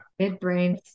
Midbrain